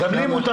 גם לי מותר.